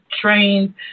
trained